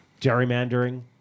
Gerrymandering